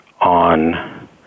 on